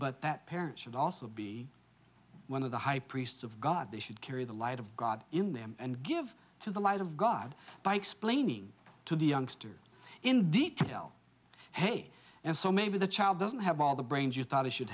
but that parents should also be one of the high priests of god they should carry the light of god in them and give to the light of god by explaining to the youngsters in detail hey and so maybe the child doesn't have all the brains you thought he should